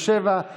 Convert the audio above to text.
יושב-ראש הכנסת.